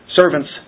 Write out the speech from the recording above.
servants